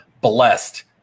blessed